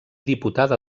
diputada